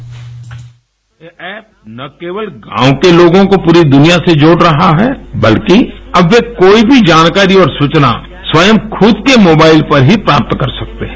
ये ऐप न केवल गाँव के लोगों को पूरी दुनिया से जोड़ रहा है बल्कि अब वे कोई भी जानकारी और सूचना स्वयं खुद के मोबाइल पर ही प्राप्त कर सकते हैं